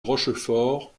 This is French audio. rochefort